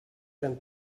eren